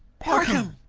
part em!